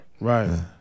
right